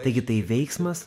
taigi tai veiksmas